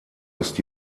ist